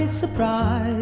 surprise